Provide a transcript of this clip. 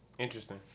Interesting